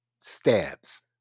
stabs